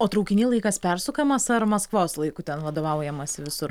o traukiny laikas persukamas ar maskvos laiku ten vadovaujamasi visur